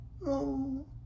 No